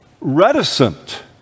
reticent